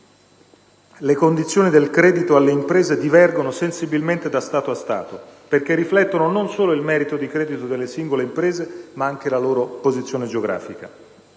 le condizioni del credito alle imprese divergono sensibilmente da Stato a Stato, perché riflettono non solo il merito di credito delle singole imprese, ma anche la loro posizione geografica.